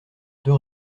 deux